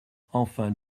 enfin